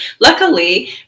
luckily